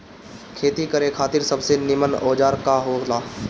खेती करे खातिर सबसे नीमन औजार का हो ला?